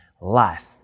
life